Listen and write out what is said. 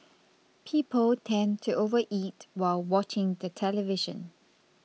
people tend to overeat while watching the television